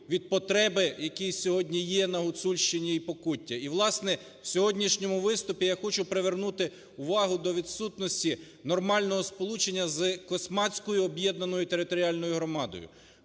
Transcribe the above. від потреби, які сьогодні є на Гуцульщині і Покутті. І, власне, в сьогоднішньому виступі я хочу привернути увагу до відсутності нормального сполучення з Космацькою об'єднаною територіальною громадою.